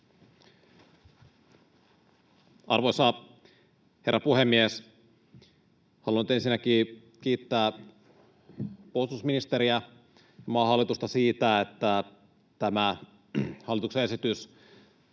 Arvoisa herra puhemies! Haluan nyt ensinnäkin kiittää puolustusministeriä, maan hallitusta siitä, että tämä hallituksen esitys